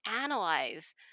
analyze